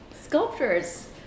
Sculptures